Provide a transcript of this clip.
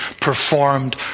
performed